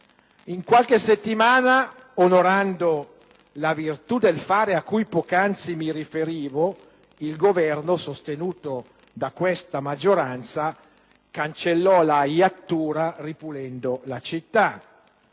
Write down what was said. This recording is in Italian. In qualche settimana, onorando la virtù del fare a cui poc'anzi mi riferivo, il Governo, sostenuto da questa maggioranza, cancellò la iattura ripulendo la città.